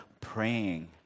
praying